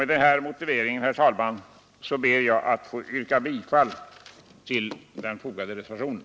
Med denna motivering ber jag att få yrka bifall till den vid utskottets betänkande fogade reservationen.